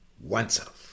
oneself